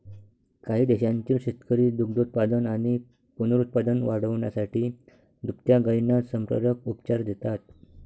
काही देशांतील शेतकरी दुग्धोत्पादन आणि पुनरुत्पादन वाढवण्यासाठी दुभत्या गायींना संप्रेरक उपचार देतात